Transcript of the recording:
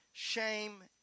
Shame